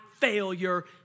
failure